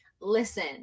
Listen